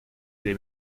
две